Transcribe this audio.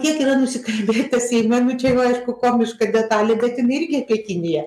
kiek yra nusikalbėta seime nu čia jau aišku komiška detalė bet jinai irgi apie kiniją